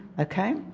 Okay